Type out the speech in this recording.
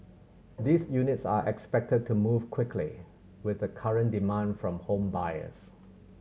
these units are expected to move quickly with the current demand from home buyers